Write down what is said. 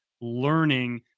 learning